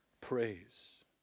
praise